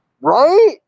Right